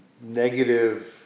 negative